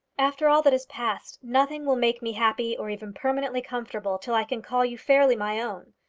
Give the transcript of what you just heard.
after all that has passed, nothing will make me happy or even permanently comfortable till i can call you fairly my own.